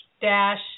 dash